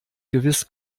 gewiss